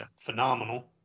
phenomenal